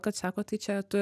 kad sako tai čia tu